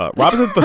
ah robinson.